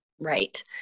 Right